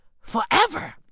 forever